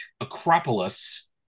Acropolis